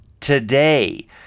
Today